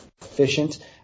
efficient